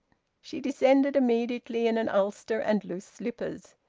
she descended immediately in an ulster and loose slippers.